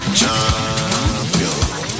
champion